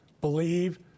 believe